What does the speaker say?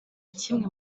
kimwe